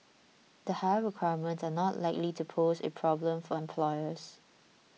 the higher requirements are not likely to pose a problem for employers